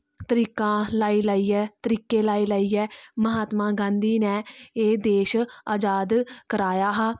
तरीका लाई लाइयै तरीके लाई लाइयै महात्मा गांधी ने एह् देश आजाद कराया हा